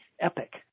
epic